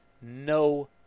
No